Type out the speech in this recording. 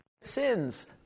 sins